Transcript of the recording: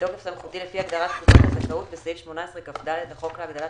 בתוקף סמכותי לפי הגדרת "תקופת הזכאות" בסעיף 18כד לחוק להגדלת